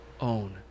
own